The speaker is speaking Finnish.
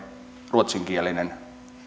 ruotsinkielinen